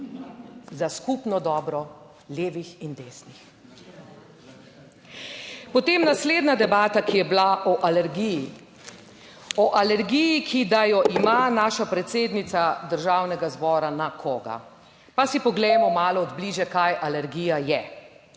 za skupno dobro levih in desnih. Potem naslednja debata, ki je bila o alergiji, o alergiji, ki da jo ima naša predsednica Državnega zbora na koga. Pa si poglejmo malo od bližje, kaj alergija je.